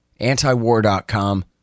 Antiwar.com